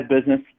business